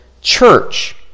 church